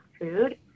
food